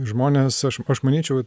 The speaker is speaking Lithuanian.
žmonės aš aš manyčiau